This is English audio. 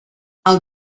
i’ll